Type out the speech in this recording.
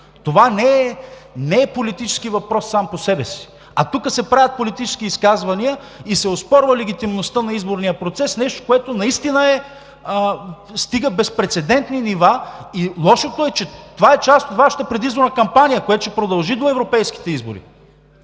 Това не е политически въпрос сам по себе си. А тук се правят политически изказвания и се оспорва легитимността на изборния процес – нещо, което наистина стига безпрецедентни нива. Лошото е, че това е част от Вашата предизборна кампания, което ще продължи до европейските избори.